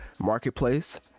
marketplace